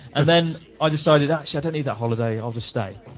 and then i decided actually i don't need that holiday. i'll just stay.